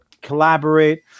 collaborate